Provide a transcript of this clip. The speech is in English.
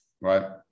right